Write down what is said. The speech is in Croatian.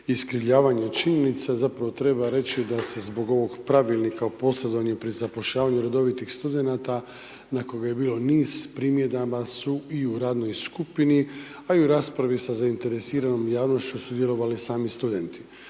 iskrivljavanju činjenica, zapravo treba reći da se zbog ovog Pravilnika o posredovanju pri zapošljavanju redovitih studenata na koga je bilo niz primjedaba su i u radnoj skupini a i u raspravi sa zainteresiranom javnošću sudjelovali sami studenti.